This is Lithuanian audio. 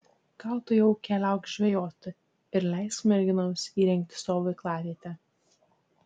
gal tu jau keliauk žvejoti ir leisk merginoms įrengti stovyklavietę